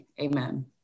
Amen